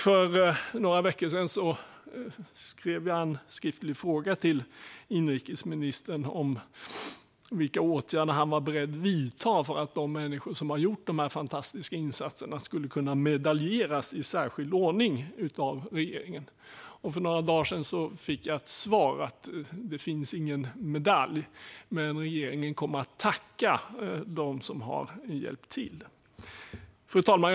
För några veckor sedan ställde jag också en skriftlig fråga till inrikesministern om vilka åtgärder han var beredd att vidta för att de människor som har gjort de här fantastiska insatserna skulle kunna medaljeras i särskild ordning av regeringen. För några dagar sedan fick jag till svar att det inte finns någon medalj men att regeringen kommer att tacka dem som har hjälpt till. Fru talman!